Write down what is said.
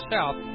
South